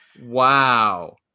Wow